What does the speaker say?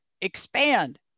expand